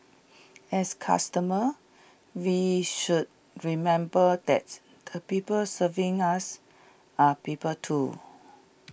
as customers we should remember that the people serving us are people too